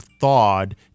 thawed